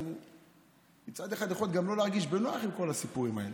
הוא מצד אחד יכול גם לא להרגיש בנוח עם כל הסיפורים האלה.